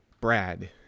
Brad